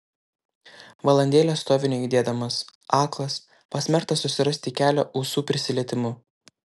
valandėlę stoviu nejudėdamas aklas pasmerktas susirasti kelią ūsų prisilietimu